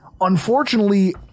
Unfortunately